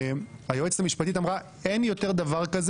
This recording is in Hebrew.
והיועצת המשפטית אמרה שאין יותר דבר כזה